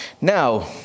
Now